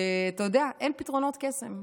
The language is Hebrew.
אתה יודע, שאין פתרונות קסם.